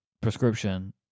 prescription